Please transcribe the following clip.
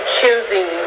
choosing